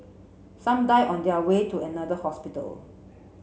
some die on their way to another hospital